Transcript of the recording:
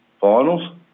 finals